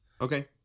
Okay